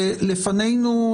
לפנינו,